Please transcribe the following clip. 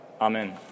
Amen